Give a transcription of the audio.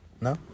No